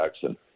Jackson